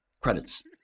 Credits